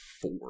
four